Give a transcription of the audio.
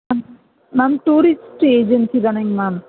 ma'am ma'am tourist agency தாங்க ma'am